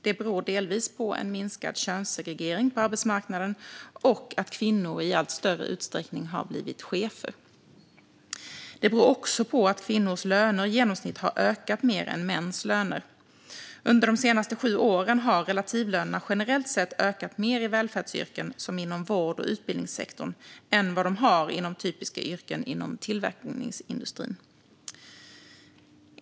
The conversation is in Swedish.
Det beror delvis på en minskad könssegregering på arbetsmarknaden och att kvinnor i allt större utsträckning har blivit chefer. Det beror också på att kvinnors löner i genomsnitt har ökat mer än mäns löner. Under de senaste sju åren har relativlönerna generellt sett ökat mer i välfärdsyrken, som inom vård och utbildningssektorn, än vad de har inom typiska yrken inom tillverkningsindustrin.